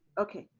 okay,